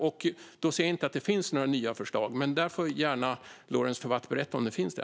Jag ser inte att det finns några nya förslag, men Lorentz Tovatt får gärna berätta om det finns det.